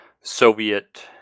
soviet